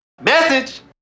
Message